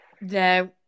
No